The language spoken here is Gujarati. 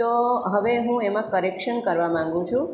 તો હવે હું એમાં કરેક્શન કરવા માગું છું